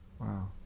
Wow